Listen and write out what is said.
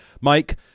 mike